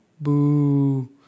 Boo